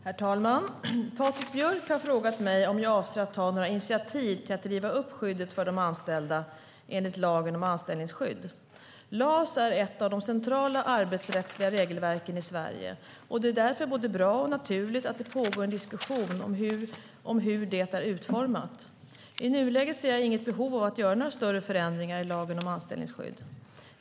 Herr talman! Patrik Björck har frågat mig om jag avser att ta några initiativ till att riva upp skyddet för de anställda enligt lagen om anställningsskydd. LAS är ett av de centrala arbetsrättsliga regelverken i Sverige, och det är därför både bra och naturligt att det pågår en diskussion om hur det är utformat. I nuläget ser jag inget behov av att göra några större förändringar i lagen om anställningsskydd.